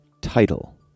Title